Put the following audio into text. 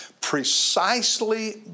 precisely